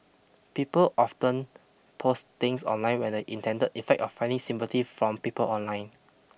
people often post things online where the intended effect of finding sympathy from people online